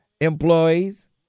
employees